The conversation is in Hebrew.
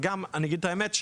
וגם אני אגיד את האמת,